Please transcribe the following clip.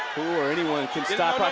who already can stop, like